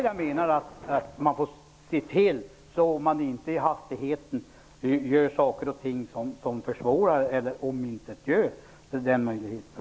Jag menar därför att man måste se till att man inte i hastigheten gör saker och ting som försvårar eller omintetgör den möjligheten.